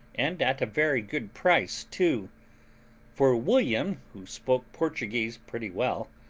and at a very good price too for william, who spoke portuguese pretty well,